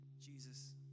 Jesus